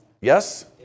Yes